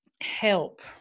help